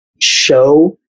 show